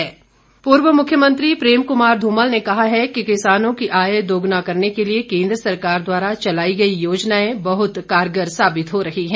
ध्मल पूर्व मुख्यमंत्री प्रेम कुमार धूमल ने कहा है कि किसानों की आय दोगुना करने के लिए केन्द्र सरकार द्वारा चलाई गई योजनाएं बहुत कारगर साबित हो रही है